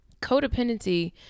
codependency